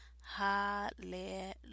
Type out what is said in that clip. hallelujah